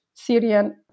Syrian